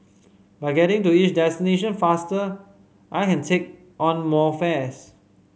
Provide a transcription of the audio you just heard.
by getting to each destination faster I can take on more fares